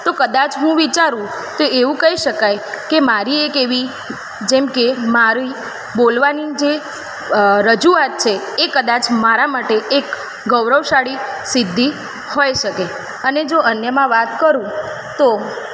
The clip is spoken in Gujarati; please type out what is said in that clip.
તો કદાચ હું વિચારું તો એવું કહી શકાય કે મારી એક એવી જેમ કે મારી બોલવાની અ રજૂઆત છે એ કદાચ મારા માટે એક ગૌરવશાળી સિદ્ધિ હોઇ શકે અને જો અન્યમાં વાત કરું તો